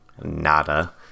nada